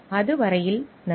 அதுவரை நன்றி